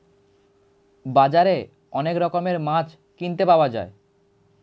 বাজারে অনেক রকমের মাছ কিনতে পাওয়া যায়